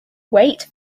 weight